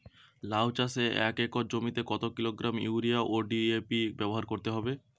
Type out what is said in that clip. লাউ চাষে এক একর জমিতে কত কিলোগ্রাম ইউরিয়া ও ডি.এ.পি ব্যবহার করতে হবে?